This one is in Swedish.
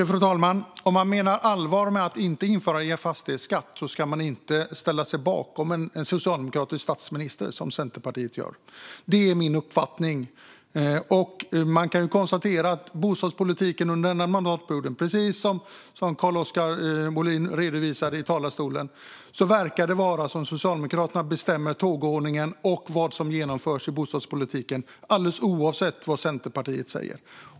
Fru talman! Om man menar allvar med att inte införa en fastighetsskatt ska man inte ställa sig bakom en socialdemokratisk statsminister, vilket Centerpartiet gör. Det är min uppfattning. Precis som Carl-Oskar Bohlin redovisade i talarstolen verkar Socialdemokraterna bestämma tågordningen och vad som genomförs i bostadspolitiken alldeles oavsett vad Centerpartiet säger.